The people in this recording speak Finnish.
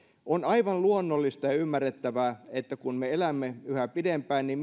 on aivan luonnollista ja ymmärrettävää että kun me elämme yhä pidempään niin